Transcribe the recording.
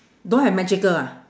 don't have magical ah